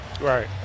Right